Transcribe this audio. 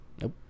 Nope